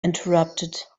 interrupted